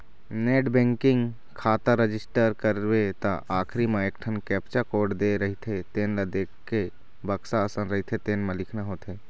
net banking खाता register करबे त आखरी म एकठन कैप्चा कोड दे रहिथे तेन ल देखके बक्सा असन रहिथे तेन म लिखना होथे